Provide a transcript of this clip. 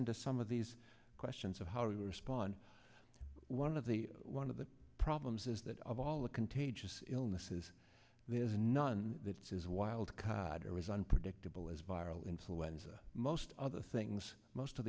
into some of these questions of how we respond to one of the one of the problems is that of all the contagious illnesses there is none that is wild caught or is unpredictable as viral influenza most other things most of